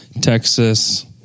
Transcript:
Texas